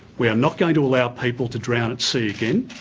we are not going to allow people to drown at sea again.